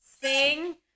sing